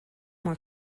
more